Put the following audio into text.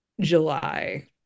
july